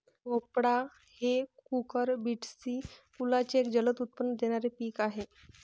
भोपळा हे कुकुरबिटेसी कुलाचे एक जलद उत्पन्न देणारे पीक आहे